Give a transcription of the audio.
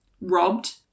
robbed